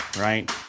right